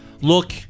look